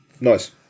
Nice